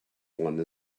one